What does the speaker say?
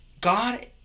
God